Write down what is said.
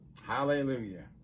hallelujah